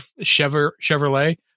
Chevrolet